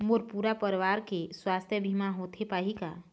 मोर पूरा परवार के सुवास्थ बीमा होथे पाही का?